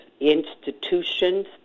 institutions